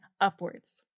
upwards